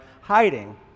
hiding